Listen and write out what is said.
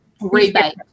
rebate